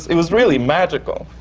it was really magical.